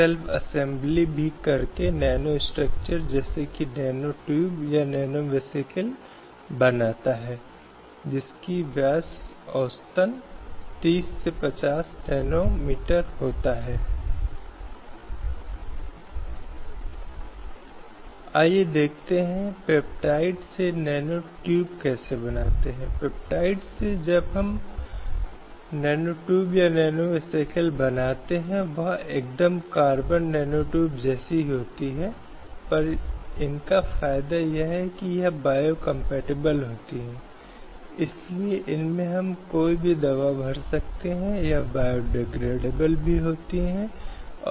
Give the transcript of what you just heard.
इसलिए अनुच्छेद 14 के साथ शुरू करना सभी व्यक्तियों को समानता के अधिकार की गारंटी देता है लेकिन ऐसी समानता इस शर्त के अधीन है कि बराबरी का व्यवहार समान रूप से किया जाना चाहिए और उन स्थितियों में जहां उचित वर्गीकरण हो सकता है जिसकी अनुमति है उस संबंध में अनुच्छेद 15 भारतीय संविधान कहता है कि राज्य किसी भी नागरिक के साथ धर्म जाति जाति लिंग जन्म स्थान या उनमें से किसी के आधार पर भेदभाव नहीं करेगा